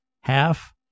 half